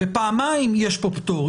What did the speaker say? פעמיים יש פה פטור.